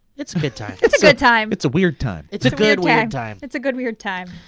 it's a good time. it's a good time. it's a weird time. it's a good weird time. it's a good weird time.